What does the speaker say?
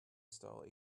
style